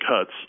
cuts